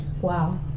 Wow